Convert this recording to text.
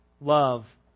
love